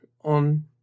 on